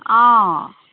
অঁ